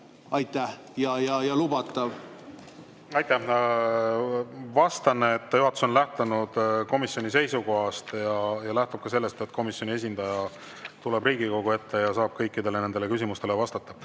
okei ja lubatav? Aitäh! Vastan, et juhatus on lähtunud komisjoni seisukohast ja lähtub sellest, et komisjoni esindaja tuleb Riigikogu ette ja saab kõikidele nendele küsimustele vastata.